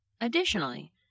Additionally